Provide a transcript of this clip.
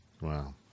Wow